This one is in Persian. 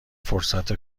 فرصت